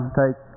take